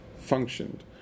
functioned